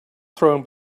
thrown